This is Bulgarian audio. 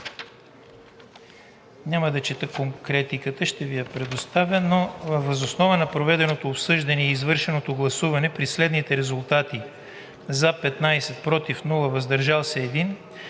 Няма да чета конкретиката, ще Ви я предоставя. „Въз основа на проведеното обсъждане и извършеното гласуване при следните резултати: за 15, против няма, въздържал се 1,